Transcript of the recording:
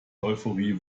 euphorie